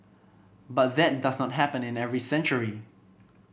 but that does not happen in every century